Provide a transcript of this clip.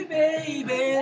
baby